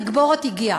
התגבורת הגיעה,